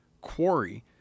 quarry